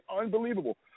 unbelievable